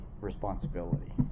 responsibility